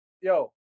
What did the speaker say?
Yo